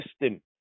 system